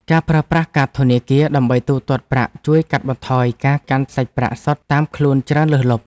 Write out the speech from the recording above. ការប្រើប្រាស់កាតធនាគារដើម្បីទូទាត់ប្រាក់ជួយកាត់បន្ថយការកាន់សាច់ប្រាក់សុទ្ធតាមខ្លួនច្រើនលើសលប់។